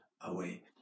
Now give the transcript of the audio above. away